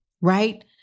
right